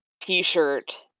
T-shirt